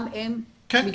כן.